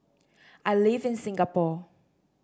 I live in Singapore